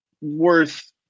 worth